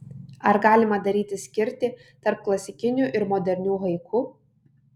ar galima daryti skirtį tarp klasikinių ir modernių haiku